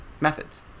methods